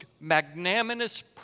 magnanimous